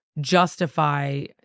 justify